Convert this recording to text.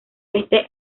este